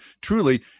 Truly